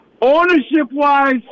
Ownership-wise